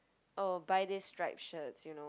oh buy these stripe shirts you know